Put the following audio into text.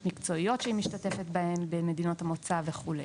מקצועיות שהיא משתתפת בהן במדינות המוצא וכולי.